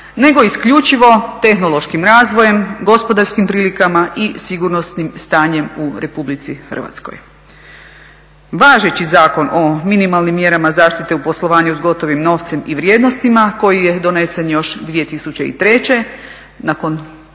nego isključivo tehnološkim razvojem, gospodarskim prilikama i sigurnosnim stanjem u RH. Važeći Zakon o minimalnim mjerama zaštite u poslovanju s gotovim novcem i vrijednostima koji je donesen još 2003. nakon brojnih